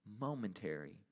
momentary